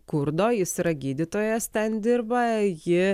kurdo jis yra gydytojas ten dirba ji